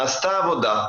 נעשתה עבודה,